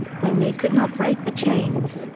when they could not break the chains,